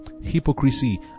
hypocrisy